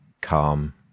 calm